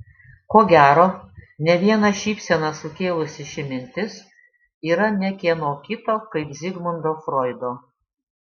ko gero ne vieną šypseną sukėlusi ši mintis yra ne kieno kito kaip zigmundo froido